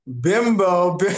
Bimbo